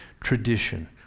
tradition